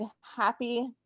happy